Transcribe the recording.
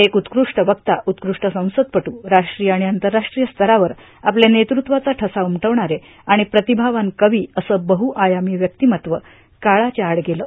एक उत्कृष्ट वक्ता उत्कृष्ट संसदपटू राष्ट्रीय आणि आंतरराष्ट्रीय स्तरावर आपल्या नेतृत्वाचा ठसा उमटवणारे आणि प्रतिभावान कवी असं बहुआयामी व्यक्तिमत्व काळाच्या आड गेलं